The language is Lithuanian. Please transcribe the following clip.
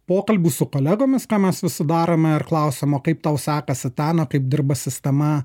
pokalbių su kolegomis ką mes visi darome ir klausiam kaip tau sekasi ten o kaip dirba sistema